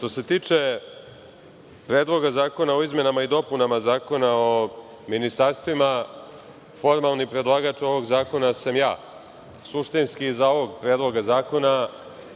se tiče Predloga zakona o izmenama i dopunama Zakona o ministarstvima, formalni predlagač ovog zakona sam ja, suštinski iza ovog predloga zakona